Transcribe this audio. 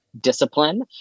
Discipline